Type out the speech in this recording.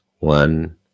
One